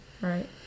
right